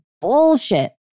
bullshit